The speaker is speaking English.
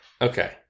Okay